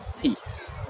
peace